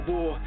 War